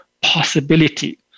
possibility